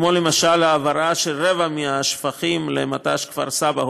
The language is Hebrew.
כמו למשל העברה של רבע מהשפכים למט"ש כפר סבא,